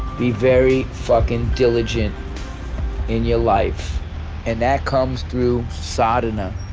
be very fucking diligent in your life and that comes through sedona,